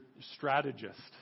strategist